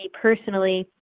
personally